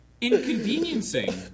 inconveniencing